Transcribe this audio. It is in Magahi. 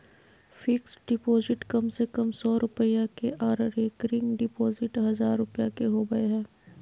फिक्स्ड डिपॉजिट कम से कम सौ रुपया के आर रेकरिंग डिपॉजिट हजार रुपया के होबय हय